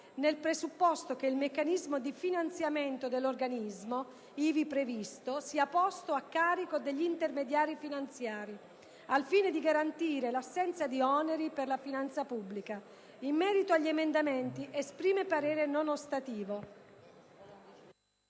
nel presupposto che il meccanismo di finanziamento dell'organismo ivi previsto sia posto a carico degli intermediari finanziari al fine di garantire l'assenza di oneri per la finanza pubblica. In merito agli emendamenti, esprime parere non ostativo».